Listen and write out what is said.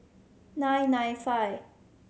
nine nine five